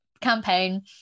campaign